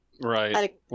Right